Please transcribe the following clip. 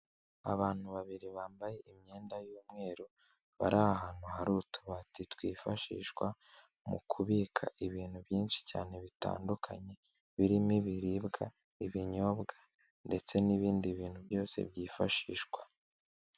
Abantu babiri bambaye imyenda y'umweru bari ahantu hari utubati twifashishwa mu kubika ibintu byinshi cyane bitandukanye birimo ibiribwa ibinyobwa ndetse n'ibindi bintu byose byifashishwa.